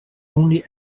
only